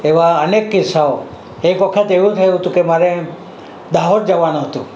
એવા અનેક કિસ્સાઓ એક વખત એવું થયું તું કે મારે દાહોદ જવાનું હતું